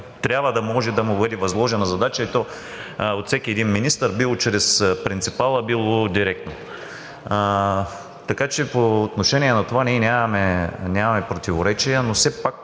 трябва да може да му бъде възложена задача, и то от всеки министър, било чрез принципала, било директно. Така че по отношение на това ние нямаме противоречия, но все пак